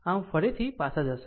આમ ફરીથી પાછા જશે